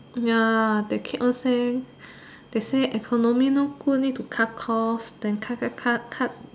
ya they keep on say they say economy not good need to cut cost then cut cut cut